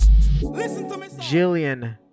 jillian